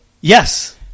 Yes